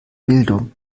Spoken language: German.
bildung